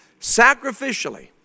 sacrificially